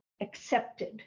accepted